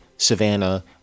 savannah